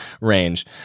range